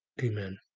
Amen